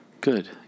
Good